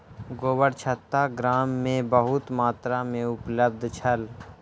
गोबरछत्ता गाम में बहुत मात्रा में उपलब्ध छल